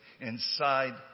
inside